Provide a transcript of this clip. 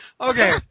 Okay